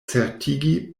certigi